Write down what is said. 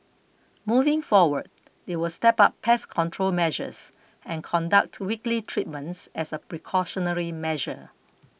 moving forward they will step up pest control measures and conduct weekly treatments as a precautionary measure